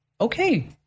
okay